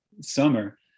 summer